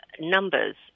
numbers